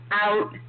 out